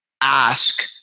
ask